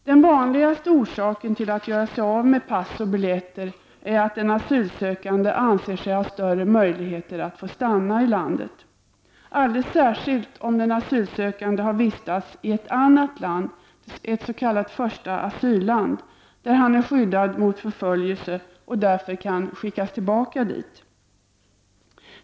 Den vanligaste orsaken att göra sig av med pass och biljetter är att den asylsökande anser sig ha större möjligheter att få stanna i Sverige om han saknar dokument. Detta gäller särskilt i de fall då den asylsökande har vistats i ett annat land, kallat första asylland, där han är skyddad mot förföljelse och till vilket han kan skickas tillbaka.